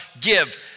give